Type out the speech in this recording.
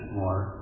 more